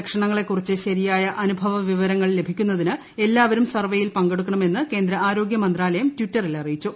ലക്ഷണങ്ങളെക്കുറിച്ച് ശരിയായ അനുഭവ വിവരങ്ങൾ ലഭിക്കുന്നതിന് എല്ലാവരും സർവ്വേയിൽ പങ്കെടുക്കണമെന്ന് കേന്ദ്രആരോഗൃമന്ത്രാലയം ടിറ്ററിൽ അറിയിച്ചു